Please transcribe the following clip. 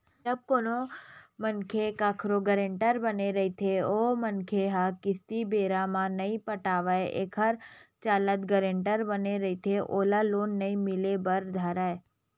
जब कोनो मनखे कखरो गारेंटर बने रहिथे ओ मनखे ह किस्ती बेरा म नइ पटावय एखर चलत गारेंटर बने रहिथे ओला लोन नइ मिले बर धरय